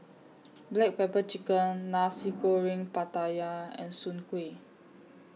Black Pepper Chicken Nasi Goreng Pattaya and Soon Kway